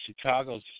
Chicago's